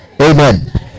Amen